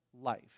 life